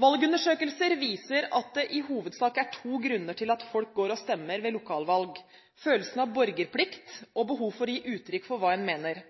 Valgundersøkelser viser at det i hovedsak er to grunner til at folk går og stemmer ved lokalvalg: følelsen av borgerplikt og behov for å gi uttrykk for hva en mener.